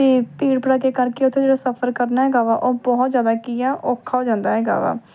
ਅਤੇ ਭੀੜ ਭੜੱਕੇ ਕਰਕੇ ਉੱਥੇ ਜਿਹੜਾ ਸਫ਼ਰ ਕਰਨਾ ਹੈਗਾ ਵਾ ਉਹ ਬਹੁਤ ਜ਼ਿਆਦਾ ਕੀ ਹੈ ਔਖਾ ਹੋ ਜਾਂਦਾ ਹੈਗਾ ਵਾ